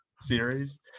series